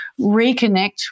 reconnect